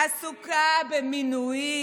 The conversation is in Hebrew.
עסוקה במינויים,